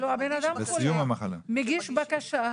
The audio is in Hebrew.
הבן אדם מגיש בקשה,